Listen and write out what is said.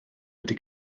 wedi